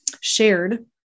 shared